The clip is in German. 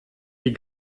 die